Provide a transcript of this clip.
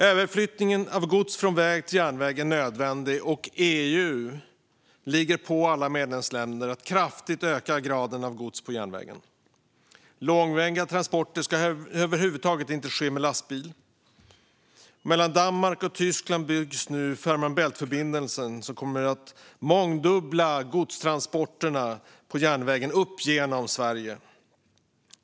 Överflyttningen av gods från väg till järnväg är nödvändig, och EU driver på alla medlemsländer att kraftigt öka graden av gods på järnväg. Långväga transporter ska över huvud taget inte ske med lastbil. Mellan Danmark och Tyskland byggs nu Fehmarn Bält-förbindelsen, som kommer att mångdubbla godstransporterna på järnväg upp genom Sverige.